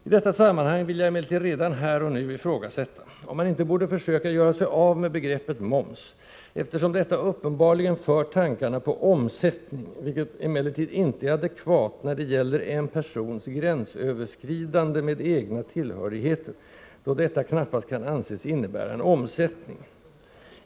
I detta sammanhang vill jag emellertid redan här och nu ifrågasätta om man inte borde försöka göra sig av med begreppet ”moms”, eftersom detta uppenbarligen för tankarna till omsättning, vilket emellertid inte är adekvat, när det gäller en persons gränsöverskridande med egna tillhörigheter, då detta knappast kan anses innebära en ”omsättning”.